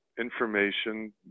information